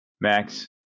Max